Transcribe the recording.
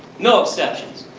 no exceptions.